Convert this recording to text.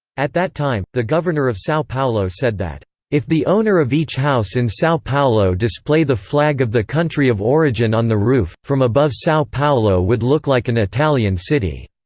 at that time, the governor of sao paulo said that if the owner of each house in sao paulo display the flag of the country of origin on the roof, from above sao paulo would look like an italian city.